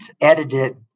edited